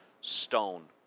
stone